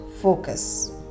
focus